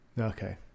Okay